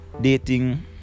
dating